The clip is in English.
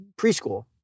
preschool